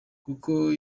kuko